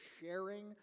sharing